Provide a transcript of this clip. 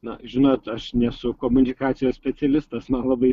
na žinot aš nesu komunikacijos specialistas man labai